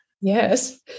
Yes